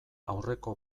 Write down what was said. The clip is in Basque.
aurreko